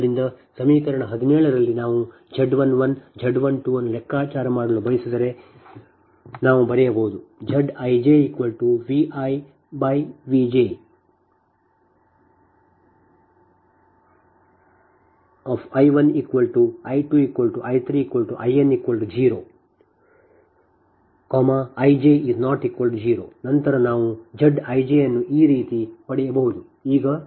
ಆದ್ದರಿಂದ ಸಮೀಕರಣ 17 ದಲ್ಲಿ ನಾವು Z 11 Z 12 ಅನ್ನು ಲೆಕ್ಕಾಚಾರ ಮಾಡಲು ಬಯಸಿದರೆ ನಾವು ಬರೆಯಬಹುದು ZijViVj|I1I2I3In0 Ij≠0 ನಂತರ ನಾವು Z ij ಅನ್ನು ಈ ರೀತಿ ಪಡೆಯಬಹುದು ಈಗ